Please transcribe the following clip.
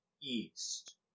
East